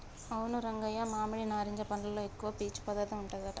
అవును రంగయ్య మామిడి నారింజ పండ్లలో ఎక్కువ పీసు పదార్థం ఉంటదట